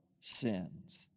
sins